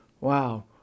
Wow